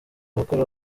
abakora